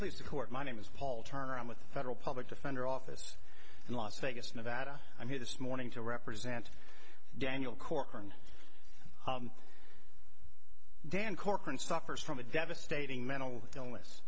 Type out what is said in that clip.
pleased to court my name is paul turnaround with the federal public defender office in las vegas nevada i'm here this morning to represent daniel corcoran dan corcoran suffers from a devastating mental illness